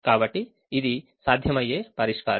కాబట్టి ఇది సాధ్యమయ్యే పరిష్కారం